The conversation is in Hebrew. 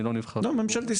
אני לא נבחר ציבור.